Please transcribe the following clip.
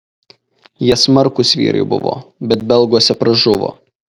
jie smarkūs vyrai buvo bet belguose pražuvo